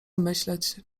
myśleć